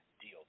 deal